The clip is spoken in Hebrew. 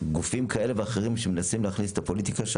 גופים כאלה ואחרים מנסים להכניס את הפוליטיקה?